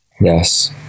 yes